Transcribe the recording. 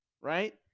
right